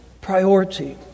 priority